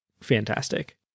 fantastic